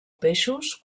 peixos